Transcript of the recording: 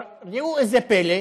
אבל ראו זה פלא,